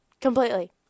completely